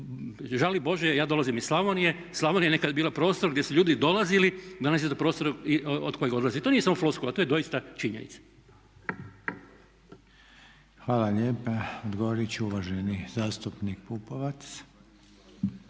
Žali Bože, ja dolazim iz Slavonije, Slavonija je nekada bila prostor gdje su ljudi dolazili, danas je to prostor sa kojeg odlaze. I to nije samo floskula, to je doista samo činjenica. **Reiner, Željko (HDZ)** Hvala lijepa. Odgovoriti će uvaženi zastupnik Pupovac.